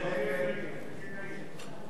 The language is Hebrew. ההסתייגות של קבוצת סיעת חד"ש